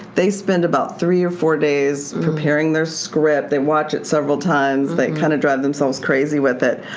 they spend about three or four days preparing their script, they watch it several times, they kind of drive themselves crazy with it.